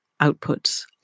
outputs